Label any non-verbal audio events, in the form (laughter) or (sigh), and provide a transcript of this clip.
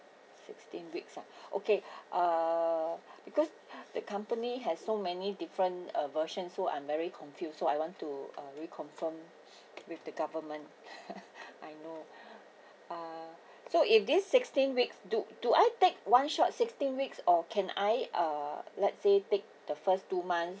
sixteen weeks ah okay uh because the company has so many different uh version so I'm very confused so I want to uh reconfirm with the government (laughs) I know uh so if this sixteen weeks do do I take one shot sixteen weeks or can I uh let's say take the first two months